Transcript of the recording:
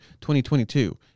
2022